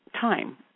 time